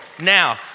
Now